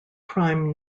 prime